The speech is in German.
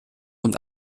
und